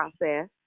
process